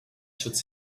should